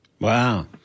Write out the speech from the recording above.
Wow